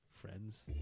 Friends